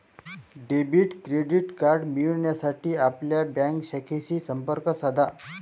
debit credit card मिळविण्यासाठी आपल्या bank शाखेशी संपर्क साधा